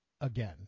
again